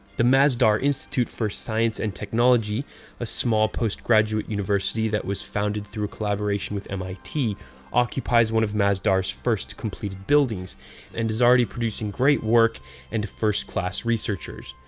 the masdar institute for science and technology a small postgraduate university that was founded through a collaboration with mit occupies one of masdar's first completed buildings and is already producing great work and first-class researchers.